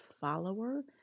follower